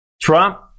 Trump